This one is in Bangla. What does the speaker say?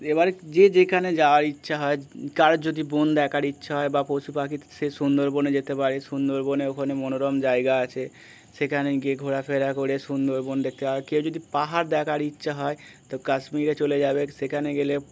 এবার যে যেখানে যাওয়ার ইচ্ছা হয় কারুর যদি বন দেখার ইচ্ছা হয় বা পশু পাখি সে সুন্দরবনে যেতে পারে সুন্দরবনে ওখানে মনোরম জায়গা আছে সেখানে গিয়ে ঘোরাফেরা করে সুন্দরবন দেখতে হয় কেউ যদি পাহাড় দেখার ইচ্ছা হয় তো কাশ্মীরে চলে যাবে সেখানে গেলেও